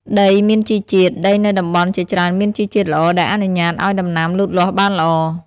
ដីមានជីជាតិ ដីនៅតំបន់ជាច្រើនមានជីជាតិល្អ ដែលអនុញ្ញាតឲ្យដំណាំលូតលាស់បានល្អ។